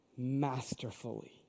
masterfully